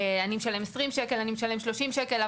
אני משלם 20 שקלים, אני משלם 30 שקלים'.